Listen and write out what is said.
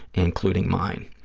including mine.